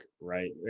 right